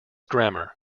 grammar